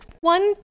one